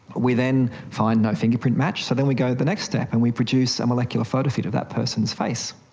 we then find no fingerprint match, so then we go the next step and we produce a molecular photofit of that person's face.